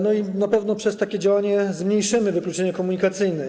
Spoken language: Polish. Na pewno przez takie działanie zmniejszymy wykluczenie komunikacyjne.